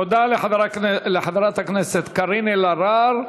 תודה לחברת הכנסת קארין אלהרר.